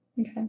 Okay